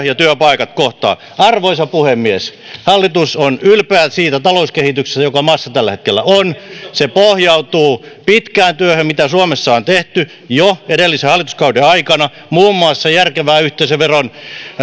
ja työpaikat kohtaavat arvoisa puhemies hallitus on ylpeä siitä talouskehityksestä joka maassa tällä hetkellä on se pohjautuu pitkään työhön mitä suomessa on tehty jo edellisen hallituskauden aikana muun muassa järkevään yhteisöveron